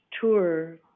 tour